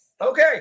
Okay